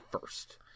first